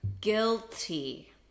Guilty